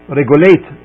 regulate